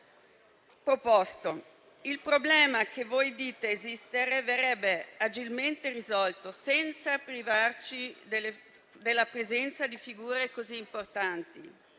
Il problema che voi dite esistere verrebbe agilmente risolto senza privarci della presenza di figure così importanti.